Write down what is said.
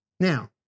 Now